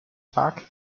park